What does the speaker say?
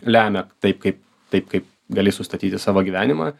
lemia taip kaip taip kaip gali sustatyti savo gyvenimą